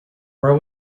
where